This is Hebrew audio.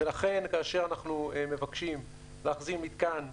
ולכן, כאשר אנחנו מבקשים להחזיר מתקן חזרה,